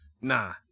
nah